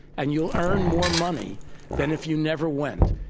and you'll earn more money than if you never went.